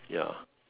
ya